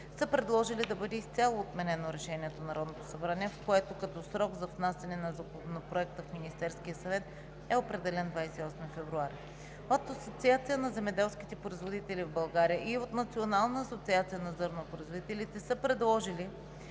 са предложили да бъде изцяло отменено Решението на Народното събрание, в което като срок за внасяне на Законопроекта в Министерския съвет е определен 28 февруари. От Асоциацията на земеделските производители в България и от Националната асоциация на зърнопроизводителите са предложили